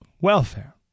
welfare